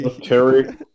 Terry